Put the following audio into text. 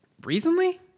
Recently